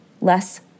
less